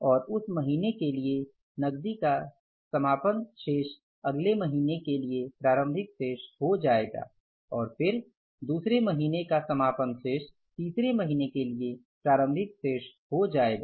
और उस महीने के लिए नकदी का समापन शेष अगले महीने के लिए प्रारंभिक शेष हो जाएगा और फिर दुसरे महीने का समापन शेष तीसरे महीने के लिए प्रारंभिक शेष हो जाएगा